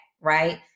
right